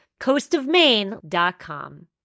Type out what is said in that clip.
coastofmaine.com